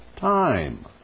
time